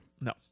No